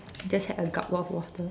just had a gulp of water